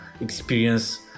experience